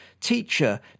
Teacher